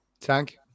Tank